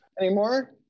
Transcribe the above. anymore